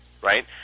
right